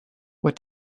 what